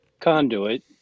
conduit